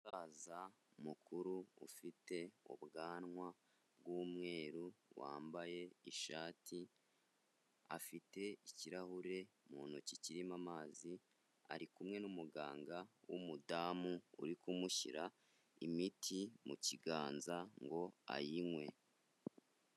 Umusaza mukuru ufite ubwanwa bw'umweru, wambaye ishati, afite ikirahure mu ntoki kirimo amazi, ari kumwe n'umuganga w'umudamu uri kumushyira imiti mu kiganza ngo ayinywe.